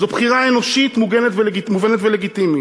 זו בחירה אנושית, מובנת ולגיטימית.